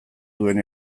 duen